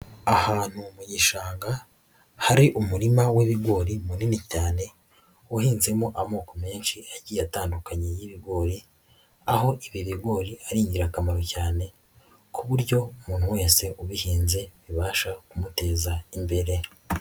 Ahantu mu gishanga hari umurima w'ibigori munini cyane, uhinzemo amoko menshi atandukanye y'ibigori aho ibi bigori ari ingirakamaro cyane ku buryo umuntu wese ubihinze bibasha kumuteza imbere.